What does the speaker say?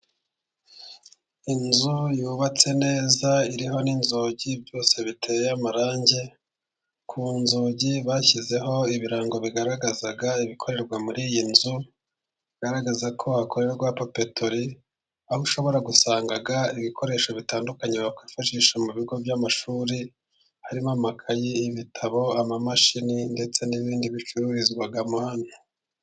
Inzu yubatse neza iriho n'inzugi byose biteye amarangi, ku nzugi bashyizeho ibirango bigaragaza ibikorerwa muri iyi nzu, bigaragaza ko hakorerwa papeteri aho ushobora gusanga ibikoresho bitandukanye bakwifashisha mu bigo by'amashuri harimo: amakayi, ibitabo, amamashini ndetse n'ibindi bicururizwamo hano.